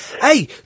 Hey